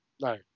no